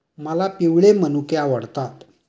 मला पिवळे मनुके आवडतात